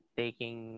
taking